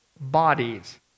bodies